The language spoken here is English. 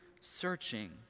searching